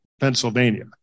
Pennsylvania